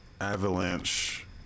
Avalanche